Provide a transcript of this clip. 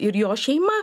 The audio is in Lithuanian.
ir jo šeima